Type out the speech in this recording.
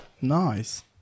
nice